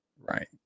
Right